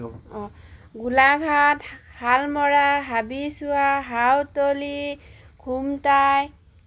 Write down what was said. অঁ গোলাঘাট শালমৰা হাবি চোৱা হাউ তলি খুমতাই